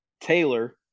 Taylor